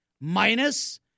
minus